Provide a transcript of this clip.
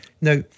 Now